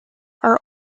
are